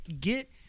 Get